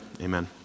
Amen